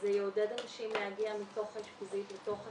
זה יעודד אנשים להגיע מתוך האשפוזית לתוך הקהילה,